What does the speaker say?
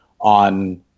on